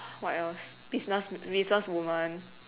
what else business business woman